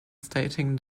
stating